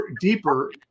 deeper